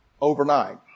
overnight